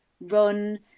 run